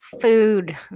Food